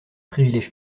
privilèges